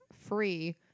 free